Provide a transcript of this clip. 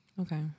Okay